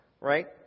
right